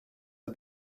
are